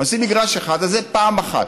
עושים מגרש אחד, אז זה פעם אחת.